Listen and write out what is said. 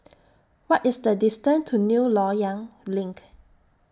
What IS The distance to New Loyang LINK